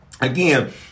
again